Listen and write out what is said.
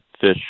fish